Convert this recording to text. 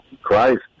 Christ